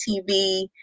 tv